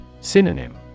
Synonym